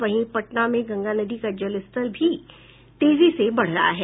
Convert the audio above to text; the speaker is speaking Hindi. वहीं पटना में गंगा नदी का जलस्तर भी तेजी से बढ़ रहा है